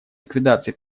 ликвидации